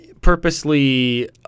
purposely